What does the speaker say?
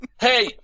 Hey